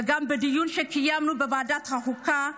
וגם בדיון שקיימנו בוועדת החוקה.